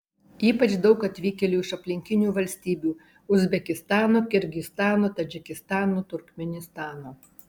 ypač daug atvykėlių iš aplinkinių valstybių uzbekistano kirgizstano tadžikistano turkmėnistano